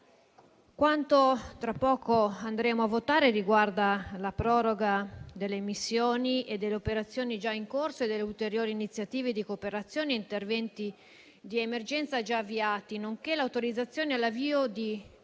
quanto tra poco andremo a votare riguarda la proroga delle missioni e delle operazioni già in corso ed ulteriori iniziative di cooperazione e interventi di emergenza già avviati, nonché l'autorizzazione all'avvio di